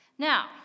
Now